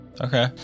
Okay